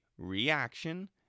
Reaction